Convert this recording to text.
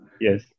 yes